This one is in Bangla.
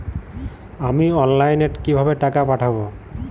আমি অনলাইনে কিভাবে টাকা পাঠাব?